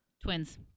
twins